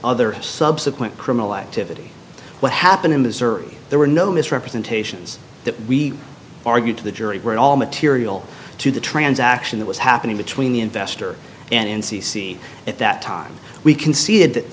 other subsequent criminal activity what happened in missouri there were no misrepresentations that we argued to the jury at all material to the transaction that was happening between the investor and c c at that time we conceded that